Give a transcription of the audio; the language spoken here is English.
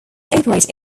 operate